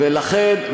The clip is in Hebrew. ולכן,